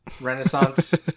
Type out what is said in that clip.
Renaissance